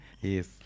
yes